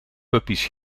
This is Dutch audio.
puppy’s